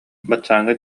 баччааҥҥа